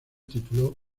tituló